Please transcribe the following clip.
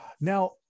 now